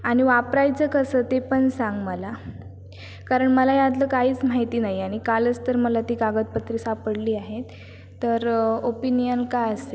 आणि वापरायचं कसं ते पण सांग मला कारण मला ह्यातलं काहीच माहिती नाही आहे आणि कालच तर मला ते कागदपत्रे सापडली आहेत तर ओपिनियन काय असेल